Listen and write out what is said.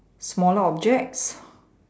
smaller objects